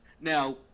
now